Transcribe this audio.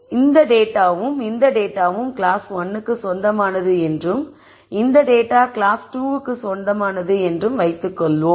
எனவே இந்த டேட்டாவும் இந்த டேட்டாவும் கிளாஸ் 1 க்கு சொந்தமானது என்றும் இந்த டேட்டா கிளாஸ் 2 க்கு சொந்தமானது என்றும் வைத்துக் கொள்வோம்